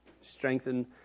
strengthen